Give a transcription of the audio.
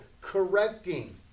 correcting